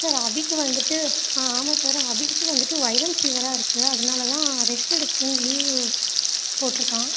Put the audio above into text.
sir அபிக்கு வந்துட்டு ஆ ஆமாம் சார் அபிக்கு வந்துட்டு வைரல் ஃபீவராக இருக்குது அதனால தான் ரெஸ்ட் எடுக்கட்டுன்னு லீவு போட்டிருக்கான்